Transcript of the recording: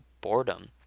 boredom